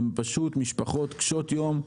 הם בעלי משפחות קשות יום,